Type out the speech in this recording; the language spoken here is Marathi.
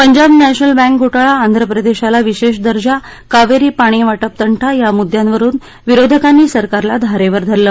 पंजाब नॅशनल बँक घोटाळा आंध्र प्रदेशाला विशेष दर्जा कावेरी पाणीवाटप तंटा या मुद्दयांवरुन विरोधकांनी सरकारला धारेवर धरलं